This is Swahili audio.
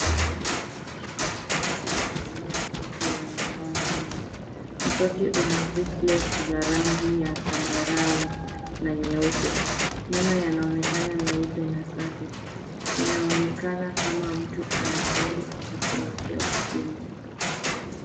Mtu anaosha meno yake kwa kutumia mswaki wenye dawa ya meno. Mswaki una braceless za rangi ya zambarau na nyeupe. Meno yanaonekana meupe na safi. Inaonekana kama mtu anajali usafi wake wa kinywa.